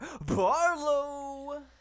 Barlow